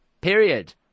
period